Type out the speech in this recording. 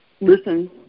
listen